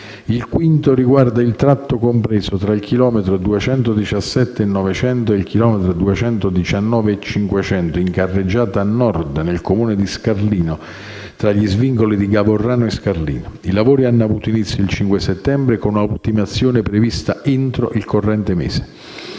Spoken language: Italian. Il quinto riguarda il tratto compreso tra il chilometro 217+900 e il chilometro 219+500 in carreggiata nord nel Comune di Scarlino, tra gli svincoli di Gavorrano e Scarlino; i lavori hanno avuto inizio il 5 settembre, con ultimazione prevista entro il corrente mese.